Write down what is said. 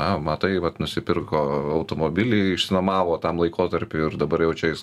na matai vat nusipirko automobilį išsinuomavo tam laikotarpiui ir dabar jau čia jis